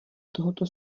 tohoto